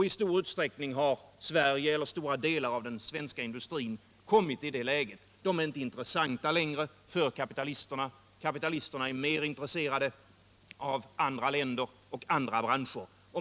I stor utsträckning har Sverige eller stora delar av den svenska industrin kommit i det läget. De är inte intressanta längre för kapitalisterna. Kapitalisterna är mer intresserade av andra länder och andra branscher.